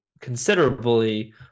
considerably